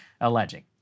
alleging